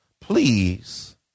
Please